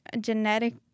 genetic